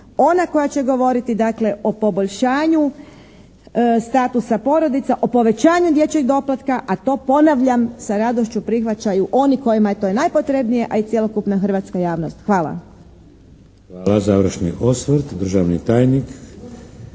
ona koja će govoriti dakle o poboljšanju statusa porodica, o povećanju dječjeg doplatka, a to ponavljam sa radošću prihvaćaju oni kojima je to najpotrebnije, a i cjelokupna hrvatska javnost. Hvala. **Šeks, Vladimir (HDZ)** Hvala. Završni osvrt, državni tajnik,